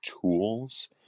tools